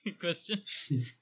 question